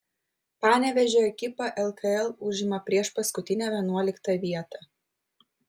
panevėžio ekipa lkl užima priešpaskutinę vienuoliktą vietą